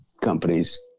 companies